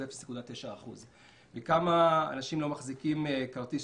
זה 0.9%. כמה אנשים לא מחזיקים כרטיס